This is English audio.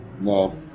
No